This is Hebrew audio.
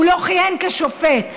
הוא לא כיהן כשופט,